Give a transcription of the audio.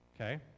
okay